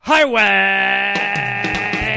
Highway